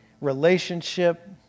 relationship